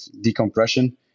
decompression